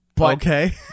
Okay